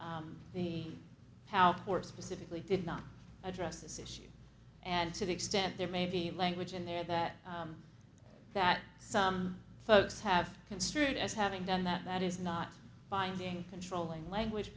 the power for specifically did not address this issue and to the extent there may be language in there that that some folks have construed as having done that that is not binding controlling language